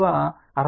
2 8050 1